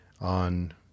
on